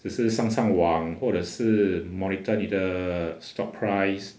只是上上网或者是 monitor 你的 stock price